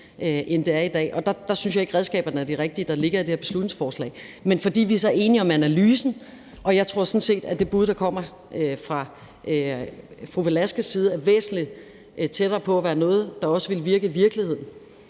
end det er i dag. Der synes jeg ikke, at de redskaber, der ligger i det her beslutningsforslag, er de rigtige. Men vi er enige om analysen, og jeg tror sådan set, at det bud, der kom fra fru Victoria Velasquez' side, er væsentlig tættere på at være noget, der også vil virke i virkeligheden,